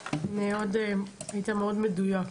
היית מאוד מדויק.